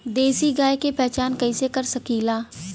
देशी गाय के पहचान कइसे कर सकीला?